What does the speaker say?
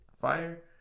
Fire